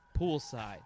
poolside